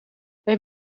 het